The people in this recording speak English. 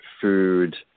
food